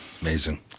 amazing